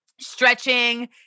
stretching